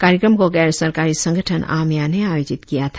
कार्यक्रम को गैर सरकारी संगठन आमया ने आयोजित किया था